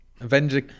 Avenger